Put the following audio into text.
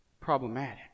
problematic